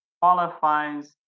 qualifies